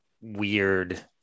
weird